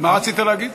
מה רצית להגיד?